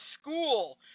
school